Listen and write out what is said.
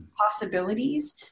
possibilities